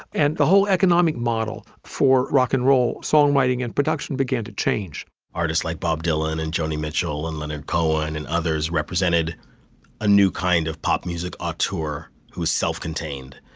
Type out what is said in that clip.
and the whole economic model for rock and roll songwriting and production began to change artists like bob dylan and joni mitchell and leonard cohen and others represented a new kind of pop music ah auteur whose self-contained.